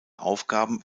aufgaben